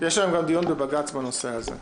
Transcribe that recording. יש היום דיון בבג"ץ בנושא הזה.